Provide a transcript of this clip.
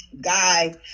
guy